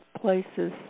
places